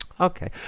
Okay